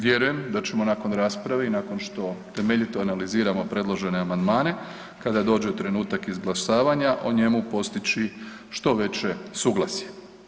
Vjerujem da ćemo nakon rasprave i nakon što temeljito analiziramo predložene amandmane kada dođe trenutak izglasavanja o njemu postići što veće suglasje.